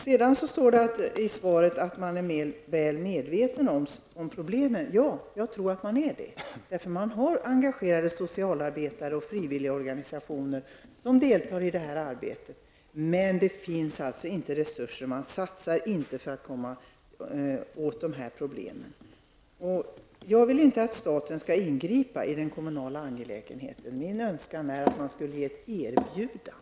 Sedan står det i svaret att man är väl medveten om problemen. Ja, jag tror att man är det. Man har engagerade socialarbetare och frivilligorganisationer som deltar i det här arbetet, men det finns alltså inte resurser. Man satsar inte för att komma åt de här problemen. Jag vill inte att staten skall ingripa i kommunala angelägenheter. Min önskan är att staten ger ett erbjudande.